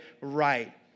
right